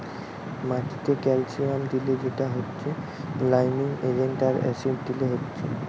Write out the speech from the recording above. মাটিতে ক্যালসিয়াম দিলে সেটা হচ্ছে লাইমিং এজেন্ট আর অ্যাসিড দিলে হচ্ছে